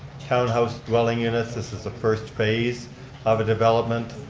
townhouse dwelling units this is the first phase of a development.